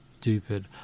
stupid